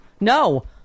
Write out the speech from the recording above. no